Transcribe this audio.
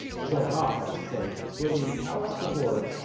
or going off, i should say. where we would power up the board,